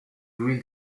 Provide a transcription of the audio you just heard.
green